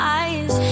eyes